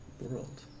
world